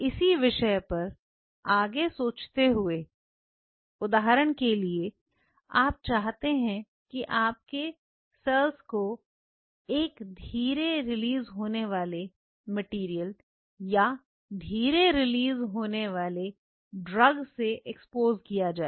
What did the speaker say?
इसी विषय पर आगे सोचते हुए उदाहरण के लिए आप चाहते हैं कि आपके सर को एक धीरे रिलीज होने वाले मटेरियल या धीरे रिलीज होने वाली ड्रग से एक्सपोज किया जाए